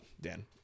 Dan